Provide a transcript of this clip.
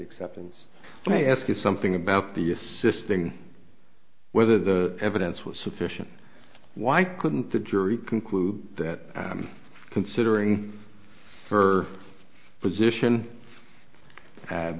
exceptions let me ask you something about the assisting whether the evidence was sufficient why couldn't the jury conclude that considering her position